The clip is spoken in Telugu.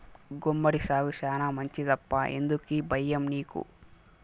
గుమ్మడి సాగు శానా మంచిదప్పా ఎందుకీ బయ్యం నీకు